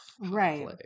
right